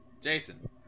Jason